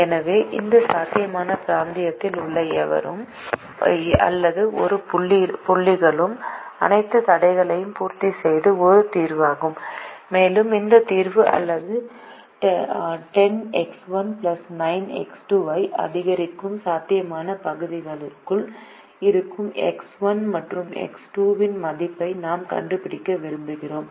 எனவே இந்த சாத்தியமான பிராந்தியத்தில் உள்ள எவரும் அல்லது ஒவ்வொரு புள்ளிகளும் அனைத்து தடைகளையும் பூர்த்தி செய்யும் ஒரு தீர்வாகும் மேலும் அந்த தீர்வு அல்லது 10X1 9X2 ஐ அதிகரிக்கும் சாத்தியமான பகுதிக்குள் இருக்கும் எக்ஸ் 1 மற்றும் எக்ஸ் 2 இன் மதிப்பை நாம் கண்டுபிடிக்க விரும்புகிறோம்